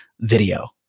video